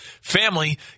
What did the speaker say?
family